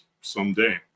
someday